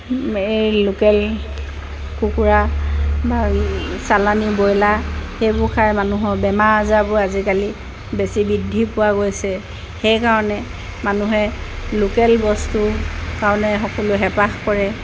এই লোকেল কুকুৰা বা চালানী ব্ৰইলাৰ সেইবোৰ খাই মানুহৰ বেমাৰ আজাৰবোৰ আজিকালি বেছি বৃদ্ধি পোৱা গৈছে সেইকাৰণে মানুহে লোকেল বস্তুৰ কাৰণে সকলোে হেঁপাহ কৰে